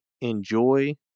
Enjoy